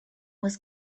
was